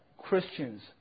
Christians